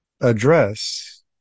address